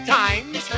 times